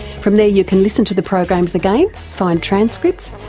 from there you can listen to the programs again, find transcripts,